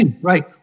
Right